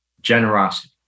generosity